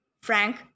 frank